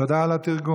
תודה על התרגום.